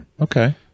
okay